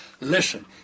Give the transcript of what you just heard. Listen